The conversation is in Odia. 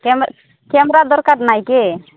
କ୍ୟାମେରା କ୍ୟାମେରା ଦରକାର ନାହିଁ କି